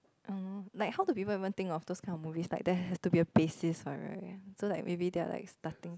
oh like how do people even think on those kind of movies is like there has to be a basic one right so like maybe they're like starting